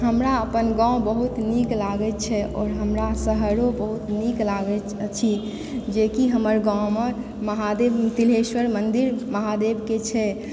हमरा अपन गाॅंव बहुत नीक लागय छै आओर हमरा शहरो बहुत नीक लागै अछि जेकि हमर गाॅंव मे महादेव भूतनेश्वर मन्दिर महादेव के छै